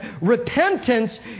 repentance